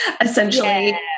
essentially